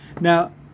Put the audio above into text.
now